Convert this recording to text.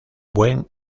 buen